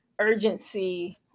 urgency